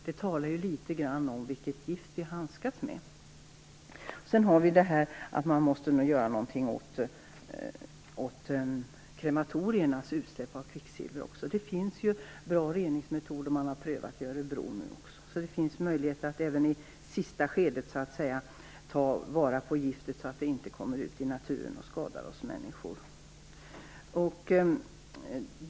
Det talar litet grand om vilket gift vi handskas med. Man måste också göra något åt krematoriernas utsläpp av kvicksilver. Det finns ju bra reningsmetoder som man nu har prövat i Örebro. Det finns alltså möjlighet att även i det sista skedet ta vara på giftet så att det inte kommer ut i naturen och skadar oss människor.